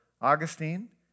Augustine